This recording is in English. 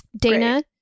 Dana